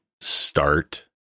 start